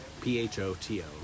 P-H-O-T-O